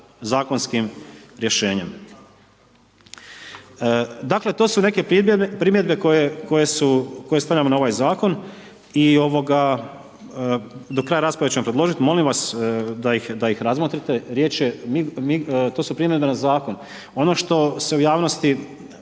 zakonskim rješenjem. Dakle, to su neke primjedbe koje stavljamo na ovaj zakon i do kraja rasprave ćemo predložiti, molim vas da ih razmotriti, riječ je, to su primjedbe na zakon. Ono što se u javnosti